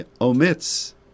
omits